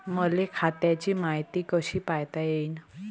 मले खात्याची मायती कशी पायता येईन?